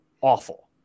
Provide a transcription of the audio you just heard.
awful